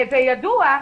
וידוע,